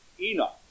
Enoch